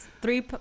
Three